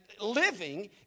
living